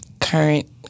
current